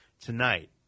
Tonight